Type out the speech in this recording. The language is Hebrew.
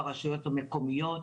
ברשויות המקומיות,